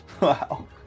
wow